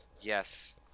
Yes